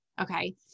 Okay